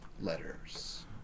letters